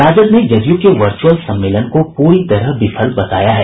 राजद ने जदयू के वर्चुअल सम्मेलन को पूरी तरह विफल बताया है